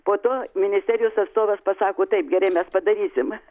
po to ministerijos atstovas pasako taip gerai mes padarysim